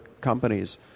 companies